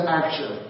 action